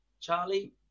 Charlie